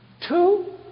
Two